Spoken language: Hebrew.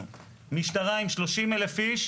שולחים לנו היום ילדים בני עשר ו-12 -- מירב בן ארי,